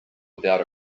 without